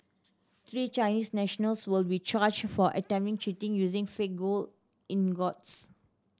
three Chinese nationals will be charged for attempting cheating using fake gold ingots